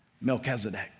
Melchizedek